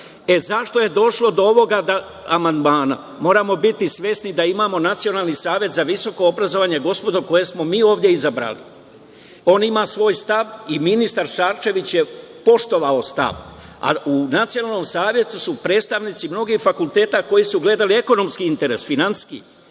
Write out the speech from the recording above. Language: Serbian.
Zašto je došlo do ovog amandmana? Moramo biti svesni da imamo Nacionalni savet za visoko obrazovanje, gospodo, koje smo mi ovde izabrali. On ima svoj stav i ministar Šarčević je poštovao stav, a u Nacionalnom savetu su predstavnici mnogih fakulteta koji su gledali ekonomski interes, finansijski